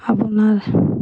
আপোনাৰ